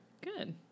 Good